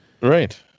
Right